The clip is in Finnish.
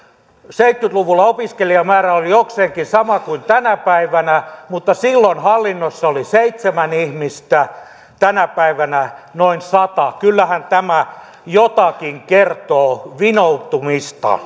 seitsemänkymmentä luvulla opiskelijamäärä oli jokseenkin sama kuin tänä päivänä mutta silloin hallinnossa oli seitsemän ihmistä tänä päivänä noin sata kyllähän tämä jotakin kertoo vinoutumista